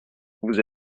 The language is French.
vous